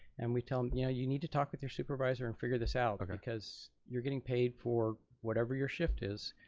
and we tell them, yeah you need to talk with your supervisor and figure this out, because you're getting paid for whatever your shift is.